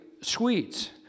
Swedes